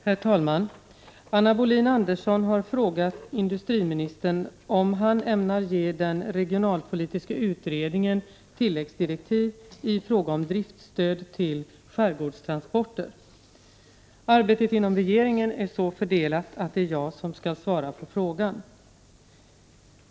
Herr talman! Anna Wohlin-Andersson har frågat industriministern om han ämnar ge den regionalpolitiska utredningen tilläggsdirektiv i fråga om driftstöd till skärgårdstransporter. Arbetet inom regeringen är så fördelat att det är jag som skall svara på frågan.